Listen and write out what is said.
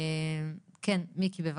מיקי, בבקשה.